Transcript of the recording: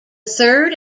third